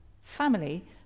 family